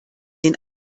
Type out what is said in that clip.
den